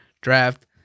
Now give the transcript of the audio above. draft